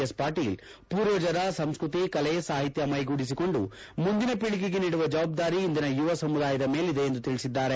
S Patil ಪೂರ್ವಜರ ಸಂಸ್ಕೃತಿ ಕಲೆ ಸಾಹಿತ್ಯ ಮೈಗೂಡಿಸಿಕೊಂಡು ಮುಂದಿನ ಪೀಳಿಗೆಗೆ ನೀಡುವ ಜವಾಬ್ದಾರಿ ಇಂದಿನ ಯುವ ಸಮುದಾಯದ ಮೇಲಿದೆ ಎಂದು ತಿಳಿಸಿದ್ದಾರೆ